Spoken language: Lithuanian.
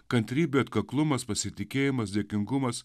kantrybė atkaklumas pasitikėjimas dėkingumas